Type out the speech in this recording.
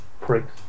pricks